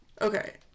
Okay